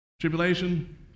Tribulation